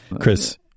chris